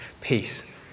peace